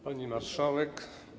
Pani Marszałek!